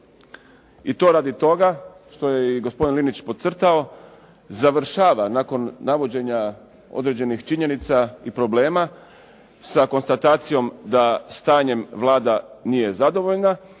i to radi toga što je i gospodin Linić podcrtao, završava nakon navođenja određenih činjenica i problema sa konstatacijom da stanjem Vlada nije zadovoljna.